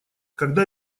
когда